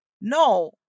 No